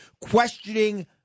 questioning